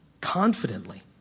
confidently